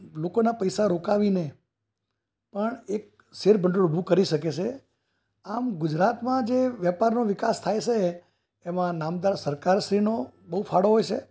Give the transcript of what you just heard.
લોકોના પૈસા રોકાવીને પણ એક શૅર ભંડોળ ઊભું કરી શકે છે આમ ગુજરાતમાં જે વેપારનો વિકાસ થાય છે એમાં નામદાર સરકારશ્રીનો બહુ ફાળો હોય છે